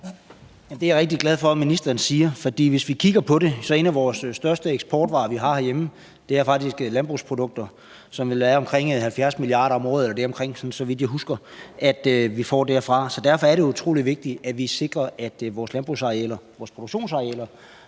Det er jeg rigtig glad for at ministeren siger. For hvis vi kigger på det, er en af de største eksportvarer, vi har herhjemme, faktisk landbrugsprodukter. Det er vel omkring 70 mia. kr. om året eller deromkring, vi får derfra, så vidt jeg husker. Så derfor er det utrolig vigtigt, at vi sikrer, at vores landbrugsarealer, vores produktionsarealer